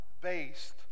based